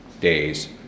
days